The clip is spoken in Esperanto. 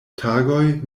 tagoj